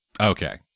Okay